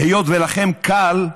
היות שלכם קל,